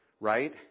right